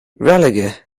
raleigh